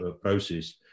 process